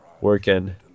working